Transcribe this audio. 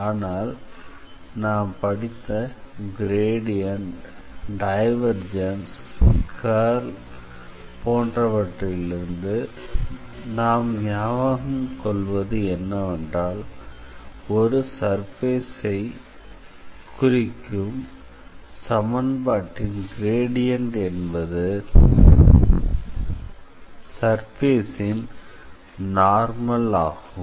ஆனால் நாம் படித்த கிரேடியண்ட் டைவர்ஜன்ஸ் கர்ல் போன்றவற்றிலிருந்து நாம் ஞாபகம் கொள்வது என்னவென்றால் ஒரு சர்ஃபேஸை குறிக்கும் சமன்பாட்டின் கிரேடியண்ட் என்பது அந்த சர்ஃபேஸின் நார்மல் ஆகும்